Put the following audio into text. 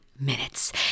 minutes